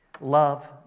Love